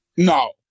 No